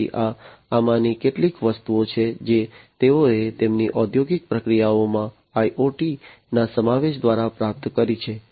તેથી આ આમાંની કેટલીક વસ્તુઓ છે જે તેઓએ તેમની ઔદ્યોગિક પ્રક્રિયાઓમાં IoT ના સમાવેશ દ્વારા પ્રાપ્ત કરી છે